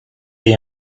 the